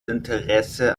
interesse